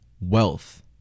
Wealth